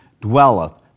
dwelleth